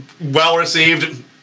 Well-received